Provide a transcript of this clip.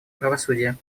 правосудия